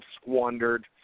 squandered